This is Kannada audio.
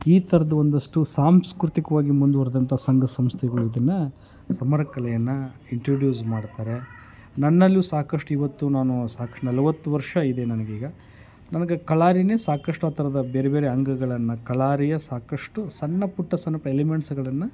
ಈ ಥರದ ಒಂದಷ್ಟು ಸಾಂಸ್ಕೃತಿಕವಾಗಿ ಮುಂದುವರೆದಂತ ಸಂಘ ಸಂಸ್ಥೆಗಳು ಇದನ್ನು ಸಮರ ಕಲೆಯನ್ನು ಇಂಟ್ರುಡ್ಯೂಸ್ ಮಾಡ್ತಾರೆ ನನ್ನಲ್ಲೂ ಸಾಕಷ್ಟು ಇವತ್ತು ನಾನು ಸಾಕಷ್ಟು ನಲವತ್ತು ವರ್ಷ ಇದೆ ನನಗೀಗ ನನಗ ಕಳರಿನೇ ಸಾಕಷ್ಟು ಆ ಥರದ ಬೇರೆ ಬೇರೆ ಅಂಗಗಳನ್ನು ಕಳರಿಯ ಸಾಕಷ್ಟು ಸಣ್ಣ ಪುಟ್ಟ ಸಣ್ಣ ಪುಟ್ಟ ಎಲಿಮೆಂಟ್ಸ್ಗಳನ್ನು